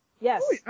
Yes